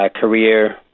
career